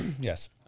Yes